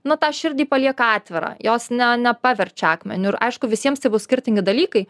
na tą širdį palieka atvirą jos ne nepaverčia akmeniu ir aišku visiems tai bus skirtingi dalykai